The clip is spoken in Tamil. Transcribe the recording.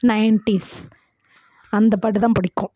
நைன்டிஸ் அந்தப் பாட்டு தான் பிடிக்கும்